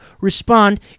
respond